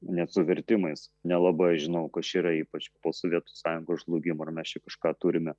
net su vertimais nelabai žinau kas yra ypač po sovietų sąjungos žlugimo ir mes čia kažką turime